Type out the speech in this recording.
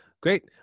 Great